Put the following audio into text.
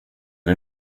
det